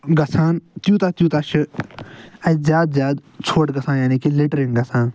گژھان تیٛوٗتاہ تیٛوٗتاہ چھُ اَتہِ زیادٕ زیادٕ ژھۄٹھ گژھان یعنے کہِ لِٹرنٛگ گژھان